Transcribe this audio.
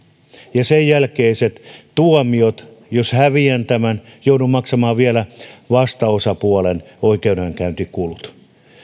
ja sen jälkeiset tuomiot eli jos häviää tämän joutuu maksamaan vielä vastaosapuolenkin oikeudenkäyntikulut